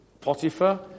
Potiphar